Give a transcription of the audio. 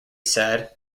sad